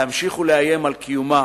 להמשיך ולאיים על קיומה